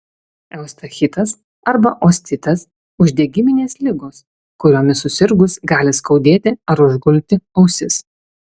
eustachitas arba ostitas uždegiminės ligos kuriomis susirgus gali skaudėti ar užgulti ausis